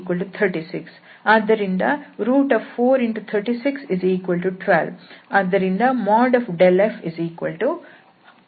4×3612 ಆದ್ದರಿಂದ f12